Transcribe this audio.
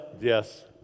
Yes